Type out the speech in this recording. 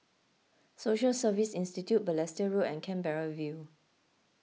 Social Service Institute Balestier Road and Canberra View